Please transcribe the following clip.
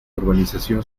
urbanización